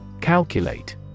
Calculate